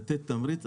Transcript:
לתת תמריץ,